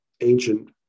ancient